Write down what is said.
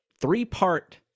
three-part